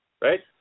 Right